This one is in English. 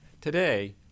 Today